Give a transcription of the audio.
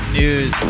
news